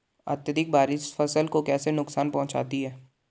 अत्यधिक बारिश फसल को कैसे नुकसान पहुंचाती है?